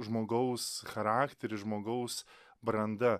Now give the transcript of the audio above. žmogaus charakteris žmogaus branda